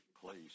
place